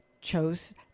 chose